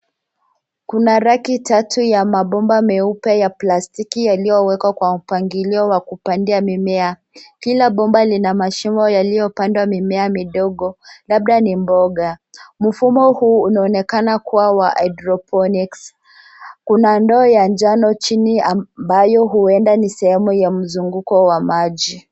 Kuna reki tatu ya mabomba meusi ya plastiki yaliyowekwa kwa mpangilio wa kupandia mimea. Kila bomba lina mashimo yaliyopandwa mimea midogo labda ni mboga. Mfumo huu unaonekana kuwa wa hydrophonics . Kuna njoo ya njano chini ambayo huenda ni sehemu ya mzunguko wa maji.